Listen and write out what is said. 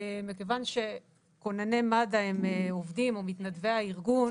מכיוון שכונני מד"א הם עובדים או מתנדבי הארגון.